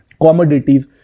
commodities